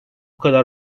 kadar